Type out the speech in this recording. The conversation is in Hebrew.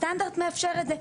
הסטנדרט מאפשר את זה,